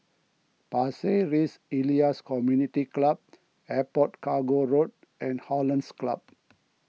Pasir Ris Elias Community Club Airport Cargo Road and Hollandse Club